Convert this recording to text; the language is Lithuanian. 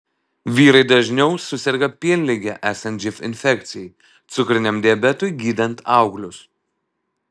vyrai dažniau suserga pienlige esant živ infekcijai cukriniam diabetui gydant auglius